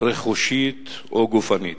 רכושית או גופנית,